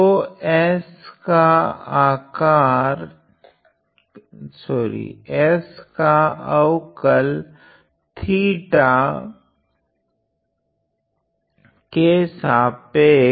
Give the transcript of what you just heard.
तो s का अवकल थीटा के सापेक्ष